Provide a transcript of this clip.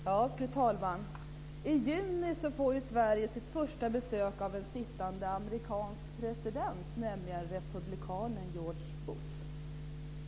Fru talman! I juni får Sverige sitt första besök av en sittande amerikansk president, nämligen republikanen George Bush.